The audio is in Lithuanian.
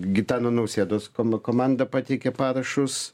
gitano nausėdos koma komanda pateikė parašus